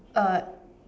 uh